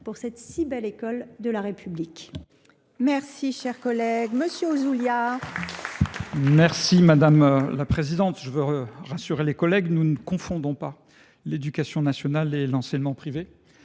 pour cette si belle école de la République,